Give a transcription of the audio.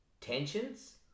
Tensions